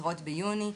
מתפטרות ביוני,